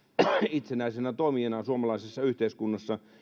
itsenäisenä toimijana suomalaisessa yhteiskunnassa